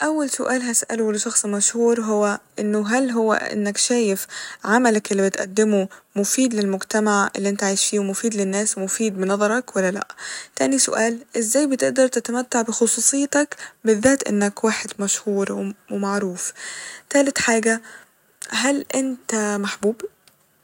أول سؤال هسأله لشخص مشهور هو إنه هل هو إنك شايف عملك اللي بتقدمه مفيد للمجتمع اللي انت عايش فيه ومفيد للناس ومفيد بنظرك ولا لا ، تاني سؤال ازاي بتقدر تتمتع بخصوصيتك بالذات انك واحد مشهور وم- و معروف ، تالت حاجة هل انت محبوب ؟